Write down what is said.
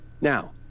Now